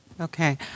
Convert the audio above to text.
Okay